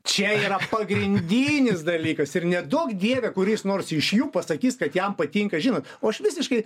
čia yra pagrindinis dalykas ir neduok dieve kuris nors iš jų pasakys kad jam patinka žinot o aš visiškai